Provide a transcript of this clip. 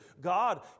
God